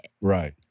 Right